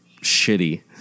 shitty